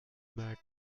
mat